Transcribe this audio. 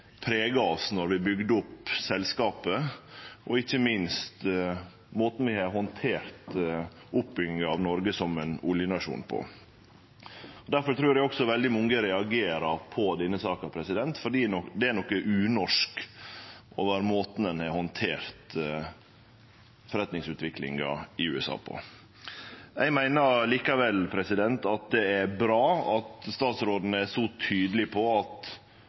prega oss då vi bygde opp selskapet, og ikkje minst den måten vi har handtert oppbygginga av Noreg som ein oljenasjon på. Difor trur eg også veldig mange reagerer på denne saka, for det er noko unorsk over måten ein har handtert forretningsutviklinga i USA på. Eg meiner likevel det er bra at statsråden er så tydeleg på at